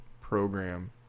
program